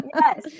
yes